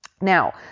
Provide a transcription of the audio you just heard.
Now